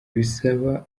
bisaba